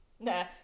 Nah